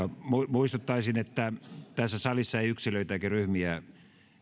muistuttaisin että tässä salissa ei yksilöitä eikä ryhmiä